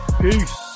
Peace